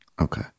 okay